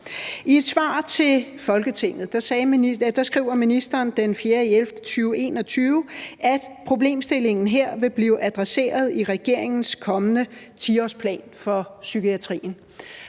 et svar til Folketinget skriver ministeren den 4. november 2021, at problemstillingen her vil blive adresseret i regeringens kommende 10-årsplan for psykiatrien.